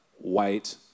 white